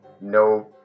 no